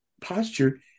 posture